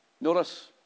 Notice